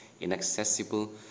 inaccessible